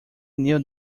knew